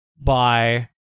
by-